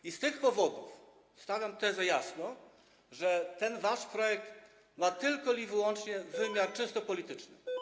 I z tych powodów stawiam tezę jasno, że ten wasz projekt ma li tylko i wyłącznie wymiar czysto polityczny.